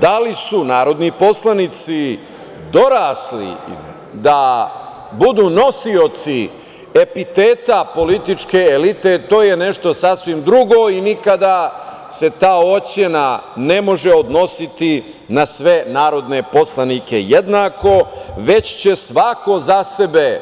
Da li su narodni poslanici dorasli da budu nosioci epiteta političke elite, to je nešto sasvim drugo i nikada se ta ocena ne može odnositi na sve narodne poslanike jednako, već će svako za sebe